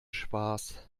spaß